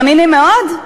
מאמינים מאוד?